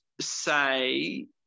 say